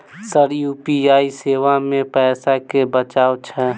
Sir UPI सेवा मे पैसा केँ बचाब छैय?